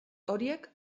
horiek